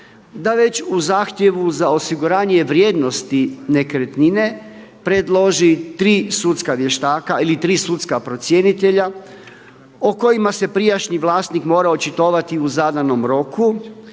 da već u zahtjevu za osiguranje vrijednosti nekretnine predloži tri sudska vještaka ili tri sudska procjenitelja o kojima se prijašnji vlasnik mora očitovati u zadanom roku,